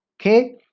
Okay